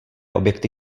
objekty